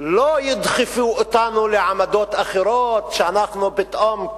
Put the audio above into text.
לא ידחפו אותנו לעמדות אחרות שאנחנו פתאום,